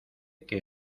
que